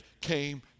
came